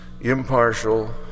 impartial